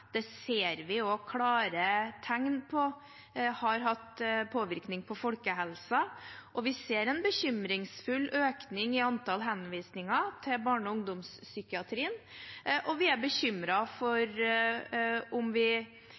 Det ser vi også klare tegn på at har hatt påvirkning på folkehelsen. Vi ser en bekymringsfull økning i antall henvisninger til barne- og ungdomspsykiatrien, og vi er bekymret for om dette er en situasjon vi